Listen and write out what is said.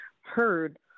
heard